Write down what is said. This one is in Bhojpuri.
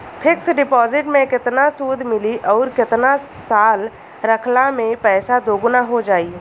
फिक्स डिपॉज़िट मे केतना सूद मिली आउर केतना साल रखला मे पैसा दोगुना हो जायी?